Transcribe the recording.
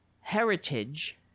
heritage